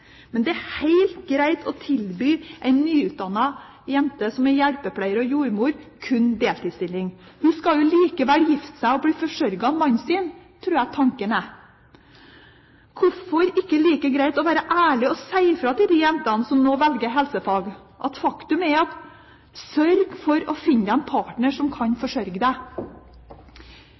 Men det er helt greit å tilby ei nyutdannet jente som er hjelpepleier og jordmor, kun deltidsstilling. Hun skal jo likevel gifte seg og bli forsørget av mannen sin, tror jeg tanken er. Hvorfor ikke like greit være ærlig og si fra til jentene som nå velger helsefag, at faktum er: Sørg for å finne deg en partner som kan forsørge deg!